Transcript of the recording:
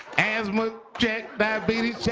asthma, check. diabetes, check.